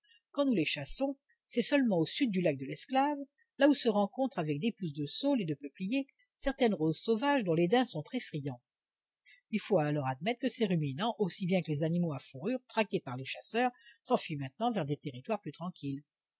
quand nous les chassons c'est seulement au sud du lac de l'esclave là où se rencontrent avec des pousses de saule et de peuplier certaines roses sauvages dont les daims sont très friands il faut alors admettre que ces ruminants aussi bien que les animaux à fourrures traqués par les chasseurs s'enfuient maintenant vers des territoires plus tranquilles